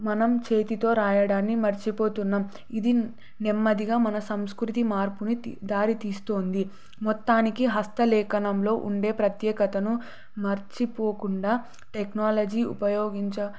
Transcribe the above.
మనం చేతితో రాయడాన్ని మర్చిపోతున్నాం ఇది నెమ్మదిగా మన సంస్కృతి మార్పుని దారితీస్తోంది మొత్తానికి హస్తలేఖనంలో ఉండే ప్రత్యేకతను మర్చిపోకుండా టెక్నాలజీ ఉపయోగించక